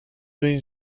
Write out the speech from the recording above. been